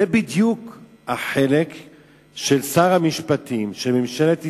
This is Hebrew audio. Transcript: זה בדיוק החלק של שר המשפטים, של ממשלת ישראל,